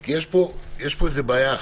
כי יש פה איזו בעיה.